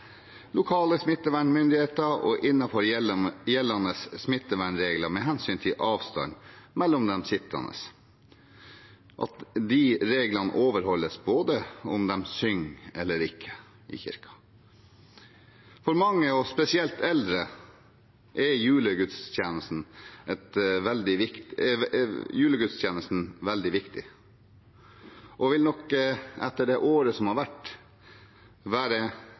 lokale smittevernmyndigheter og innenfor gjeldende smittevernregler med hensyn til avstand mellom de sittende, og at de reglene overholdes både om de synger og om de ikke synger i kriken. For mange, og spesielt eldre, er julegudstjenesten veldig viktig, og den vil nok etter det året som har vært, være